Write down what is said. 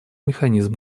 механизм